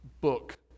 book